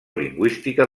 lingüística